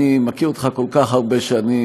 אני מכיר אותך כל כך הרבה שנים,